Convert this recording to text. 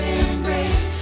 embrace